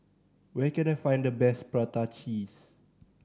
where can I find the best prata cheese